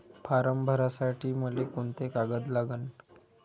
Form भरासाठी मले कोंते कागद लागन?